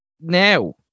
now